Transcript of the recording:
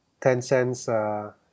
Tencent's